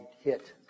hit